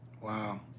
Wow